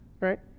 right